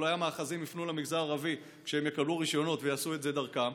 אולי המאחזים יפנו למגזר הערבי כשהם יקבלו רישיונות ויעשו את זה דרכם,